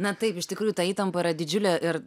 na taip iš tikrųjų ta įtampa yra didžiulė ir